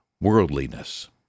worldliness